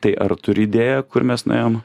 tai ar turi idėją kur mes nuėjom